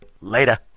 Later